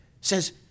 says